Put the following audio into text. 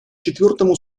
четвертому